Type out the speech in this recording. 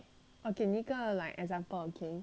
我给你一个 like example okay